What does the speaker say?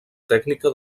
tècnica